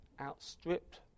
outstripped